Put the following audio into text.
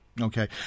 Okay